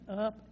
up